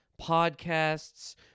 podcasts